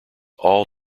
all